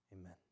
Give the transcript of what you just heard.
Amen